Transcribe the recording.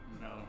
No